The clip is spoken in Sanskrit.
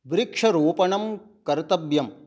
वृक्षरोपणं कर्तव्यं